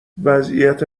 وضعیت